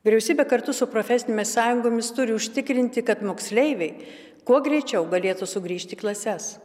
vyriausybė kartu su profesinėmis sąjungomis turi užtikrinti kad moksleiviai kuo greičiau galėtų sugrįžti į klases